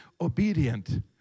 obedient